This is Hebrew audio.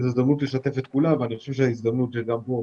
הזדמנות לשתף את כולם ואני חושב שזו הזדמנות במסגרת